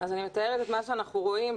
מתארת את מה שאנחנו רואים,